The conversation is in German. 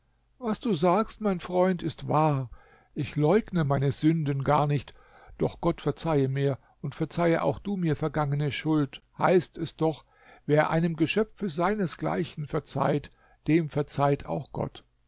was du sagst mein freund ist wahr ich leugne meine sünden gar nicht doch gott verzeihe mir und verzeihe auch du mir vergangene schuld heißt es doch wer einem geschöpfe seinesgleichen verzeiht dem verzeiht auch gott